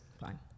fine